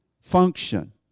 Function